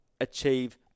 achieve